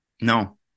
no